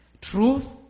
truth